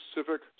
specific